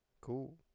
Cool